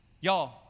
Y'all